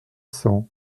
cents